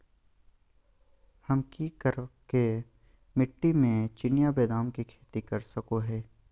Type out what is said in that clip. हम की करका मिट्टी में चिनिया बेदाम के खेती कर सको है?